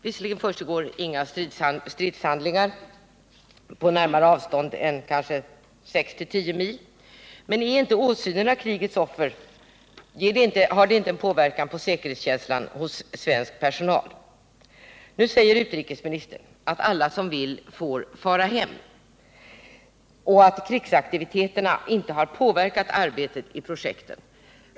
Visserligen försiggår inga stridshandlingar på närmare avstånd än kanske 6—10 mil, men har inte åsynen av krigets offer en påverkan på säkerhetskänslan hos den svenska personalen? Nu säger utrikesministern att alla som vill får fara hem och att krigsaktiviteterna inte har påverkat arbetet på projektet.